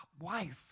wife